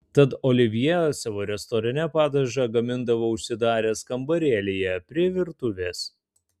tad olivjė savo restorane padažą gamindavo užsidaręs kambarėlyje prie virtuvės